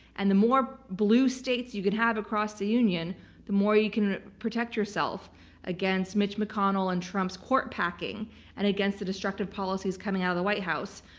and the more blue states you could have across the union, the more you can protect yourself against mitch mcconnell and trump's court packing and against the destructive policies coming out of the white house.